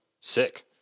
sick